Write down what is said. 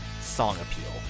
songappeal